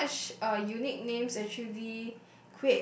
such uh unique names actually